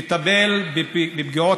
יפה, יפה, יפה.